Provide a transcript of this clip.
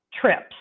trips